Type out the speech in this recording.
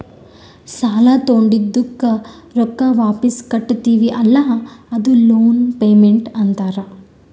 ಸಾಲಾ ತೊಂಡಿದ್ದುಕ್ ರೊಕ್ಕಾ ವಾಪಿಸ್ ಕಟ್ಟತಿವಿ ಅಲ್ಲಾ ಅದೂ ಲೋನ್ ಪೇಮೆಂಟ್ ಅಂತಾರ್